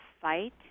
fight